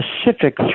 specific